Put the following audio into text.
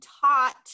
taught